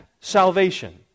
salvation